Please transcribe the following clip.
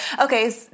Okay